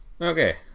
Okay